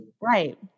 Right